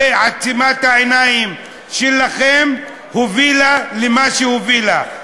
ועצימת העיניים שלכם הובילה למה שהובילה,